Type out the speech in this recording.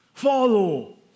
Follow